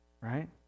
Right